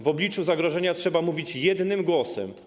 W obliczu zagrożenia trzeba mówić jednym głosem.